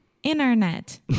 Internet